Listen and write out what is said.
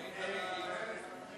ההצעה להעביר את הנושא